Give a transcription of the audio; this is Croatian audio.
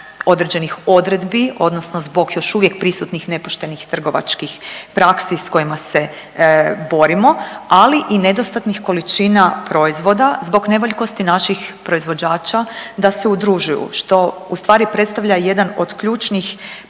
određenih odredbi odnosno zbog još uvijek prisutnih nepoštenih trgovačkih praksi s kojima se borimo, ali i nedostatnih količina proizvoda zbog nevoljkosti naših proizvođača da se udružuju što ustvari predstavlja jedan od ključnih